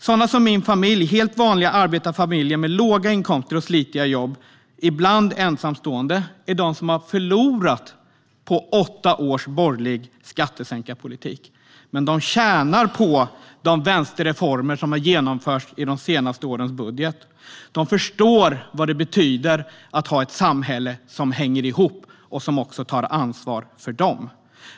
Sådana som min familj, helt vanliga arbetarfamiljer, ibland ensamstående, med låga inkomster och slitiga jobb, är de som har förlorat på åtta års borgerlig skattesänkarpolitik. Men de tjänar på de vänsterreformer som har genomförts i de senaste årens budgetar. De förstår vad det betyder att ha ett samhälle som hänger ihop och som också tar ansvar för dem.